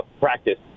practice